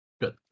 Good